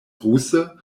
ruse